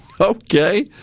Okay